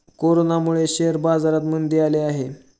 कोरोनामुळे शेअर बाजारात मंदी आली आहे